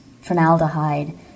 Formaldehyde